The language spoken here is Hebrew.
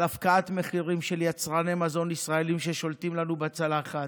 על הפקעת מחירים של יצרני מזון ישראליים ששולטים לנו בצלחת,